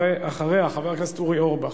אחריה, חבר הכנסת אורי אורבך.